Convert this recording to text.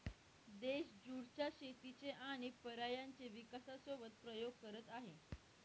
देश ज्युट च्या शेतीचे आणि पर्यायांचे विकासासोबत प्रयोग करत आहे